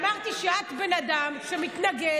אמרתי שאת בן אדם שמתנגד,